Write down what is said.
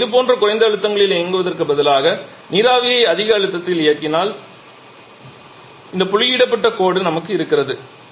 இப்போது இதுபோன்ற குறைந்த அழுத்தங்களில் இயங்குவதற்குப் பதிலாக நீராவியை அதிக அழுத்தத்தில் இயக்கினால் இந்த புள்ளியிடப்பட்ட கோடு நமக்கு இருக்கிறது